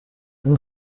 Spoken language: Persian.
این